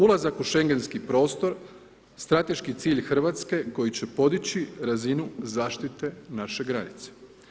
Ulazak u Šengenski prostor, strateški cilj Hrvatske koji će podići razinu zaštite naše granice.